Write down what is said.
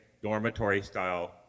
Dormitory-style